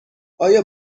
آیا